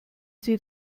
sie